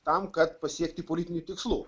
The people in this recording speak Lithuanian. tam kad pasiekti politinių tikslų